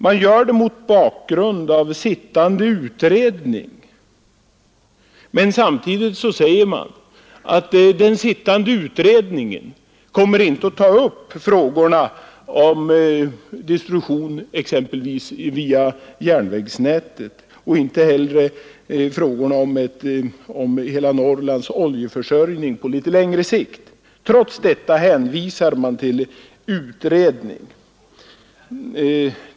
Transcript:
Man gör det mot bakgrund av sittande utredning, men samtidigt säger man att den sittande utredningen inte kommer att ta upp frågorna om distribution exempelvis via järnvägsnätet och inte heller frågorna om hela Norrlands oljeförsörjning på litet längre sikt. Trots detta hänvisar man till utredningen.